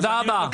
תודה רבה.